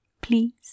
please